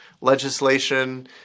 legislation